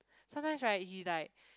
sometimes right he like